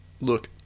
Look